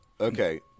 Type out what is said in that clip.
okay